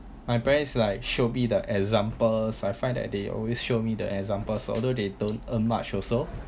my parents is like she'll be the examples I find that they always show me the examples although they don't earn much also